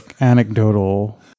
anecdotal